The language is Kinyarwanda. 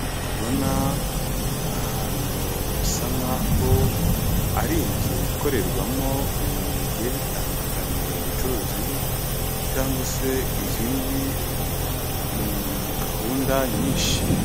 Kubona ahantu bisa nkaho ari inzu ikorerwamo ibintu bigiye bitandukanye ubucuruzi cyangwa se izindi gahunda nyinshi.